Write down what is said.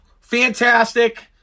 fantastic